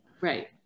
Right